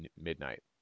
midnight